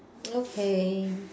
okay